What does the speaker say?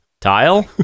Tile